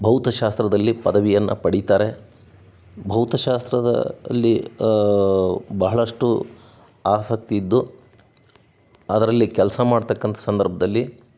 ಭೌತಶಾಸ್ತ್ರದಲ್ಲಿ ಪದವಿಯನ್ನು ಪಡೀತಾರೆ ಭೌತಶಾಸ್ತ್ರದ ಅಲ್ಲಿ ಬಹಳಷ್ಟು ಆಸಕ್ತಿಯಿದ್ದು ಅದರಲ್ಲಿ ಕೆಲಸ ಮಾಡ್ತಕ್ಕಂಥ ಸಂದರ್ಭದಲ್ಲಿ